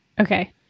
Okay